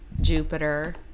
Jupiter